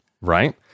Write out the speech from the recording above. Right